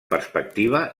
perspectiva